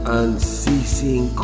unceasing